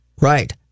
Right